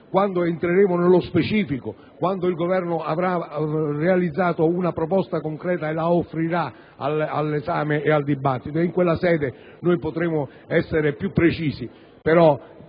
quando entreremo nello specifico, quando il Governo avrà individuato una proposta concreta e la offrirà all'esame e al dibattito: in quella sede potremo essere più precisi.